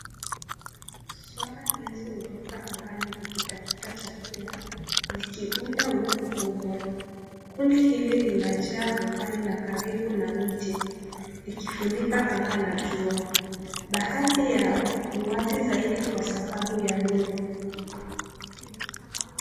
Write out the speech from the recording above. Swara hizi huruka angani zikitafuta chakula, zikiunda wingu kubwa. Kundi hili linajaa angani na karibu na miti, likifunika anga na jua. Baadhi yao, ni wazi zaidi kwa sababu ya nuru.